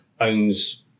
owns